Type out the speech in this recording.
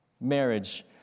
Marriage